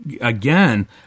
again